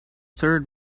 third